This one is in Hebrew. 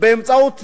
באמצעות נכס,